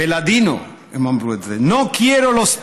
בלדינו הם אמרו את זה: נו קיירו לוס פפלינוס,